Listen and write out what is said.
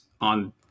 on